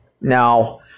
Now